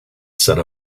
set